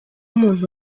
muntu